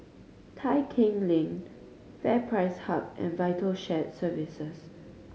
Tai Keng Lane FairPrice Hub and Vital Shared Services